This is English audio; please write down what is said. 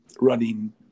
running